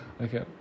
Okay